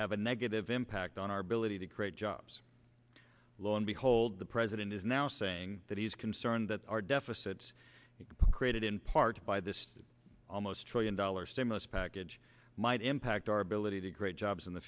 have a negative impact on our ability to create jobs lo and behold the president is now saying that he's concerned that our deficit created in part by this almost trillion dollar stimulus package might impact our ability to create jobs in the